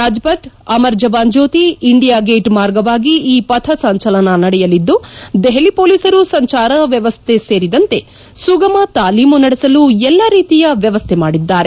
Rajpath Amar Jawan Jyoti India Gate ಮಾರ್ಗವಾಗಿ ಈ ಪಥ ಸಂಚಲನ ನಡೆಯಲಿದ್ದು ದೆಪಲಿ ಮೊಲೀಸರು ಸಂಚಾರ ವ್ಯವಸ್ಥೆ ಸೇರಿದಂತೆ ಸುಗಮ ತಾಲೀಮು ನಡೆಸಲು ಎಲ್ಲಾ ರೀತಿಯ ವ್ಯವಸ್ಥೆ ಮಾಡಿದ್ದಾರೆ